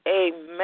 Amen